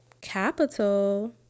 Capital